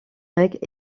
règles